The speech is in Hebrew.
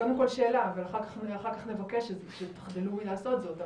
קודם כל שאלה ואחר כך גם נבקש שתחדלו מלעשות זאת.